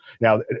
now